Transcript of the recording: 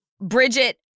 Bridget